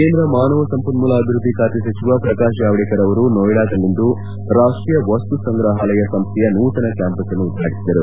ಕೇಂದ್ರ ಮಾನವ ಸಂಪನ್ಮೂಲ ಅಭಿವೃದ್ಧಿ ಖಾತೆ ಸಚಿವ ಪ್ರಕಾಶ್ ಜಾವಡೇಕರ್ ಅವರು ನೋಯಿಡಾದಲ್ಲಿಂದು ರಾಷ್ಟೀಯ ವಸ್ತುಸಂಗ್ರಹಾಲಯ ಸಂಸ್ಥೆಯ ನೂತನ ಕ್ವಾಂಪಸ್ ಅನ್ನು ಉದ್ಘಾಟಿಸಿದರು